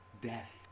death